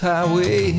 Highway